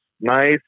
nice